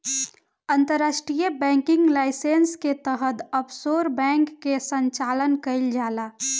अंतर्राष्ट्रीय banking licence के तहत ऑफशोर बैंक के संचालन कईल जाला